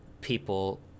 people